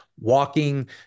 walking